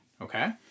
okay